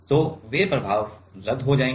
तो वे प्रभाव रद्द हो जाएंगे